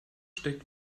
steckt